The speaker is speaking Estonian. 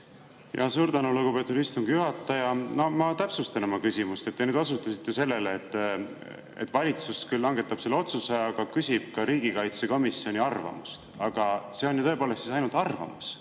Suur tänu, lugupeetud istungi juhataja! Ma täpsustan oma küsimust. Te osutasite sellele, et valitsus langetab selle otsuse, aga küsib ka riigikaitsekomisjoni arvamust. Kuid see on ju siis tõepoolest ainult arvamus.